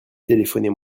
téléphonez